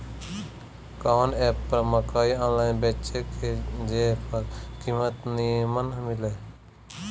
कवन एप पर मकई आनलाइन बेची जे पर कीमत नीमन मिले?